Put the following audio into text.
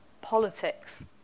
politics